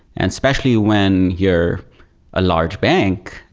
especially when you're a large bank,